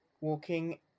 Walking